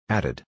Added